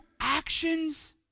actions